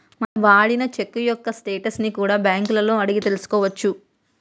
మనం వాడిన చెక్కు యొక్క స్టేటస్ ని కూడా బ్యేంకులలో అడిగి తెల్సుకోవచ్చు